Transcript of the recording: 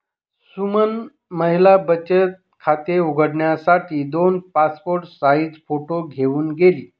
सुमन महिला बचत खाते उघडण्यासाठी दोन पासपोर्ट साइज फोटो घेऊन गेली